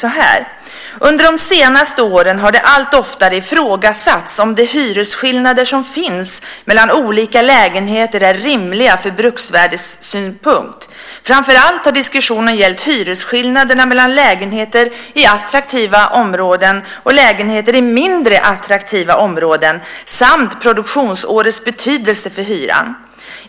Det stod: "Under de senaste åren har det allt oftare ifrågasatts om de hyresskillnader som finns mellan olika lägenheter är rimliga från bruksvärdessynpunkt. Framför allt har diskussionen gällt hyresskillnaderna mellan lägenheter i attraktiva områden och lägenheter i mindre attraktiva områden samt produktionsårets betydelse för hyran.